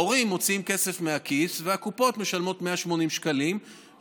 ההורים מוציאים כסף מהכיס והקופות משלמות 180 שקלים.